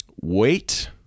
wait